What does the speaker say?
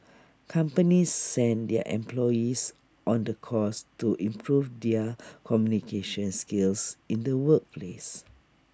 companies send their employees on the course to improve their communication skills in the workplace